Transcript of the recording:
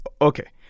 Okay